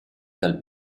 dal